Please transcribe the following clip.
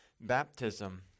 baptism